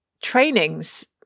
trainings